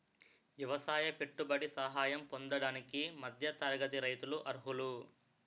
ఎవసాయ పెట్టుబడి సహాయం పొందడానికి మధ్య తరగతి రైతులు అర్హులు